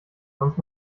sonst